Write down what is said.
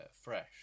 fresh